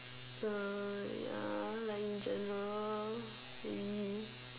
hmm ya like in general maybe